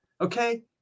Okay